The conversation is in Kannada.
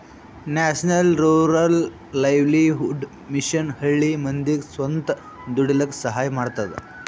national rural livelihood mission ಹಳ್ಳಿ ಮಂದಿಗ್ ಸ್ವಂತ ದುಡೀಲಕ್ಕ ಸಹಾಯ ಮಾಡ್ತದ